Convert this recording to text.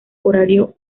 horario